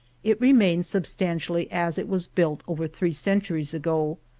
it remains substantially as it was built over three centuries ago,